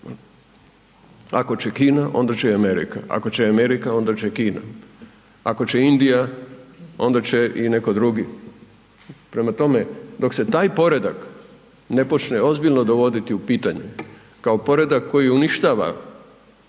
Ako će Kina, onda će i Amerika, ako će Amerika, onda će Kina. Ako će Indija, onda će i netko drugi. Prema tome, dok se taj poredak ne počne ozbiljno dovoditi pitanje kao poredak koji uništava